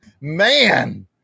Man